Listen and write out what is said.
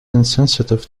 insensitive